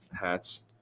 hats